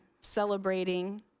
celebrating